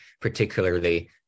particularly